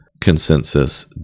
consensus